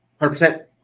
100